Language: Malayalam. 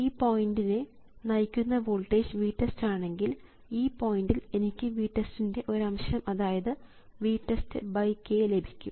ഈ പോയിൻറ്നെ നയിക്കുന്ന വോൾട്ടേജ് VTEST ആണെങ്കിൽ ഈ പോയിൻറ്ൽ എനിക്ക് VTEST ൻറെ ഒരു അംശം അതായത് VTEST k ലഭിക്കും